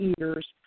ears